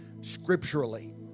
scripturally